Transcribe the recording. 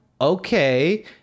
Okay